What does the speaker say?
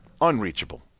unreachable